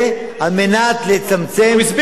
בדיוק ככה.